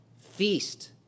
feast